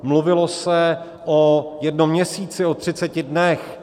Mluvilo se o jednom měsíci, o třiceti dnech.